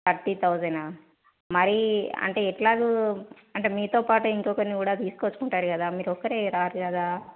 thirty thousand మరి అంటే ఎట్లాగో అంటే మీతో పాటు ఇంకా ఒకరిని కూడా తీసుకు వచ్చుకుంటారు కదా మీరు ఒక్కరు రారు కదా